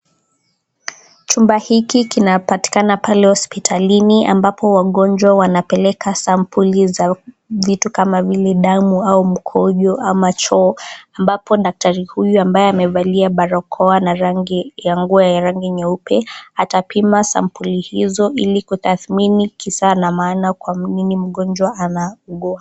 Chumba hiki kinapatikana pale hospitalini, ambapo wagonjwa wanapeleka sampuli za vitu kama vile dama au mkojo ama choo, ambayo daktari uyu ambaye amevalia barakoa na rangi ya nguo ya rangi nyeupe, atapima sampuli izo hilikudhakmini kwanini kisa na maana kwanini mgonjwa anaugua.